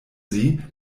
sie